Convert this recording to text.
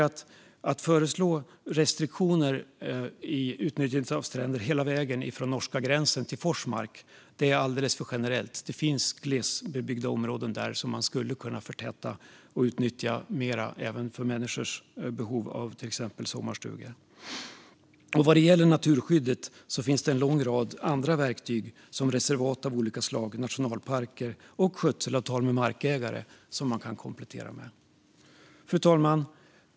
Att föreslå restriktioner i utnyttjandet av stränder hela vägen från norska gränsen till Forsmark är alldeles för generellt. Det finns glesbebyggda områden där som man skulle kunna förtäta och utnyttja mer, även för människors behov av till exempel sommarstugor. Vad gäller naturskyddet finns det en lång rad andra verktyg, såsom reservat av olika slag, nationalparker och skötselavtal med markägare, som man kan komplettera med. Fru talman!